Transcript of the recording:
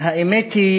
האמת היא